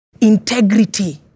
integrity